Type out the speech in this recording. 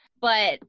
but-